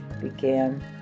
began